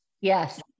Yes